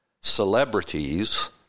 celebrities